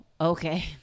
okay